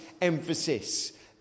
emphasis